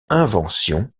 invention